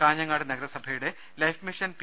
കാഞ്ഞങ്ങാട് നഗരസഭയുടെ life mission P